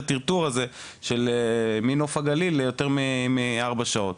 הטרטור הזה של מנוף הגליל ליותר מארבע שעות.